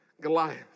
Goliath